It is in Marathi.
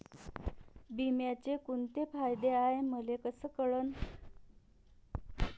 बिम्याचे कुंते फायदे हाय मले कस कळन?